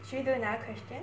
should we do another question